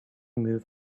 move